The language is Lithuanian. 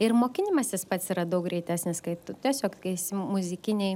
ir mokinimasis pats yra daug greitesnis kai tu tiesiog kai esi muzikinėj